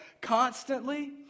constantly